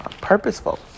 purposeful